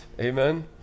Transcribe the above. amen